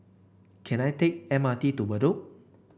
can I take M R T to Bedok